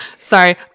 Sorry